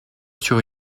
sur